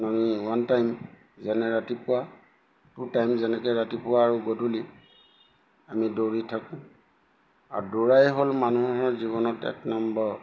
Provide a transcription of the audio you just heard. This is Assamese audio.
আমি ওৱান টাইম যেনে ৰাতিপুৱা টু টাইম যেনেকৈ ৰাতিপুৱা আৰু গধূলি আমি দৌৰি থাকোঁ আৰু দৌৰাই হ'ল মানুহৰ জীৱনত এক নম্বৰ